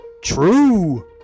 True